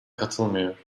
katılmıyor